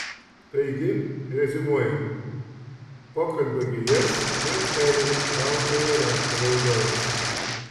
taigi reziumuojame pokalbio gijas vėl perėmė baltojo rato valdovas